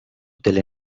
delle